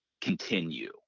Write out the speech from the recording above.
continue